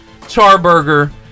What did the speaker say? Charburger